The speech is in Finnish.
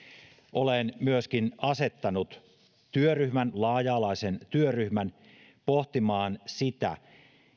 olen myöskin asettanut työryhmän laaja alaisen työryhmän pohtimaan sitä